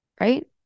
right